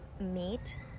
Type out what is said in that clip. meet